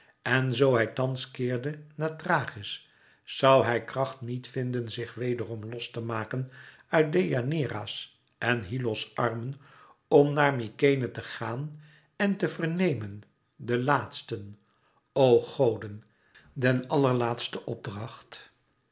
en zoo hij thans keerde naar thrachis zoû hij kracht niet vinden zich wederom los te maken uit deianeira's en hyllos armen om naar mykenæ te gaan en te vernemen den laatsten o goden den àllerlaatsten opdracht